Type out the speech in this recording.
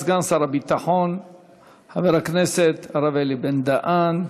סגן שר הביטחון חבר הכנסת הרב אלי בן-דהן.